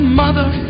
mother